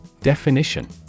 Definition